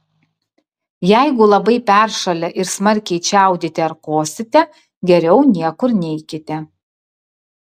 jeigu labai peršalę ir smarkiai čiaudite ar kosite geriau niekur neikite